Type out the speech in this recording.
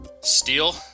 Steel